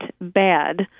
bad